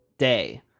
Day